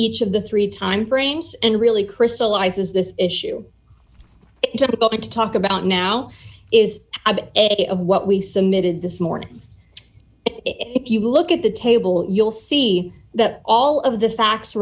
each of the three timeframes and really crystallizes this issue to talk about now is it what we submitted this morning if you look at the table you'll see that all of the facts